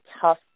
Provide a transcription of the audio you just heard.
tough